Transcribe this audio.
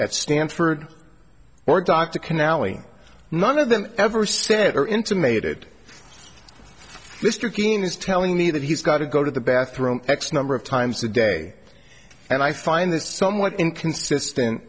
at stanford or dr canal e none of them ever said or intimated mr keene is telling me that he's got to go to the bathroom x number of times a day and i find this somewhat inconsistent